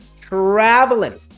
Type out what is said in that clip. traveling